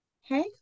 Hey